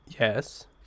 Yes